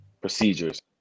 procedures